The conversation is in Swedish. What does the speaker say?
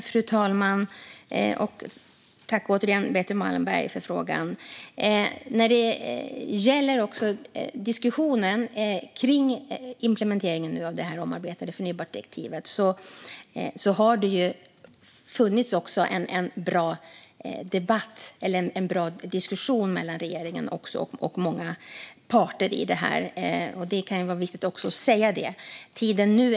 Fru talman! Tack, återigen, Betty Malmberg, för frågan! När det gäller diskussionen kring implementeringen av det omarbetade förnybartdirektivet har det funnits en bra debatt eller en bra diskussion mellan regeringen och många parter. Det kan vara viktigt att säga det.